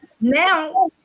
now